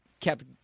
kept